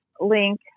link